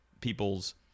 people's